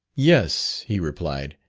yes, he replied.